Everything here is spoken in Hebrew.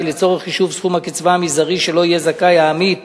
לצורך חישוב סכום הקצבה המזערי שלו יהיה זכאי העמית